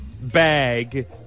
bag